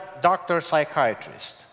doctor-psychiatrist